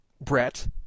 Brett